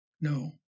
no